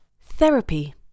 Therapy